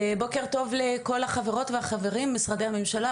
בוקר טוב לכל החברות והחברים ממשרדי הממשלה,